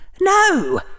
No